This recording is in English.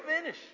finish